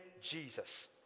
Jesus